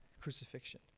Crucifixion